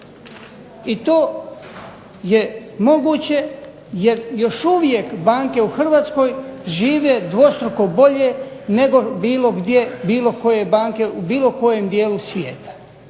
i to je moguće jer još uvijek banke u Hrvatskoj žive dvostruko bolje nego bilo koje banke u bilo kojem dijelu svijeta.